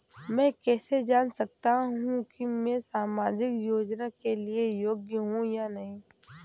मैं कैसे जान सकता हूँ कि मैं सामाजिक योजना के लिए योग्य हूँ या नहीं?